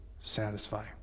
satisfy